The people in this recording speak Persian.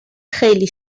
خیلی